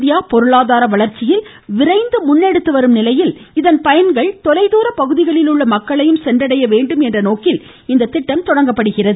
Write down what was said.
India பொருளாதார வளர்ச்சியில் விரைந்து முன்னெடுத்து வரும் நிலையில் இதன் பயன்கள் தொலைதூர பகுதிகளில் உள்ள மக்களையும் சென்றடைய வேண்டும் என்ற நோக்கில் இந்த திட்டம் தொடங்கப்படுகிறது